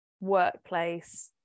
workplace